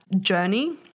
journey